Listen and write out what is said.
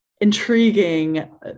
intriguing